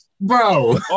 bro